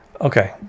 Okay